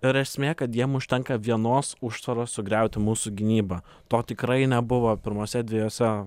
ir esmė kad jiem užtenka vienos užtvaros sugriauti mūsų gynybą to tikrai nebuvo pirmuose dvejuose